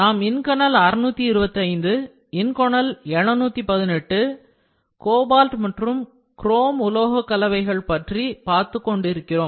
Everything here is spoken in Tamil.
நாம் இன் கனல் 625 இன்கோனல் 718 கோபால்ட் மற்றும் குரோம் உலோக கலவைகள் பற்றி பார்த்துக் கொண்டிருக்கிறோம்